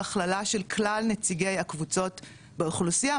הכללה של כלל נציגי הקבוצות באוכלוסייה,